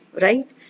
right